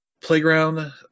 playground